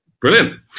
Brilliant